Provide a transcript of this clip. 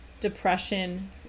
Depression